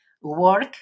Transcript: work